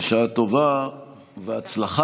בשעה טובה והצלחה